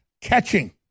catching